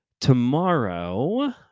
Tomorrow